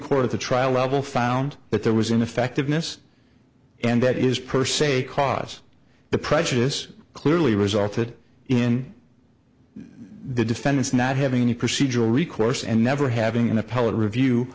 the trial level found that there was ineffectiveness and that is per se cause the prejudice clearly resulted in the defendants not having any procedural recourse and never having an appellate review